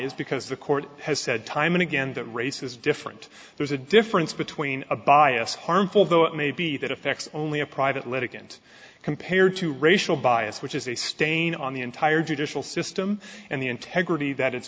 is because the court has said time and again that race is different there's a difference between a bias harmful though it may be that affects only a private litigant compared to racial bias which is a stain on the entire judicial system and the integrity that i